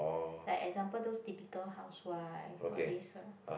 like example those typical housewife all these ah